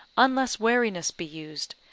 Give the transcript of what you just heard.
unless wariness be used,